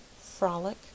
frolic